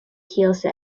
kielce